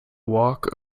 walk